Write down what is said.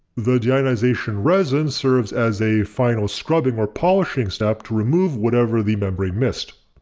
the deionization resin serves as a final scrubbing or polishing step to remove whatever the membrane missed.